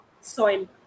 soil